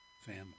family